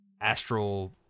astral